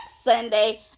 sunday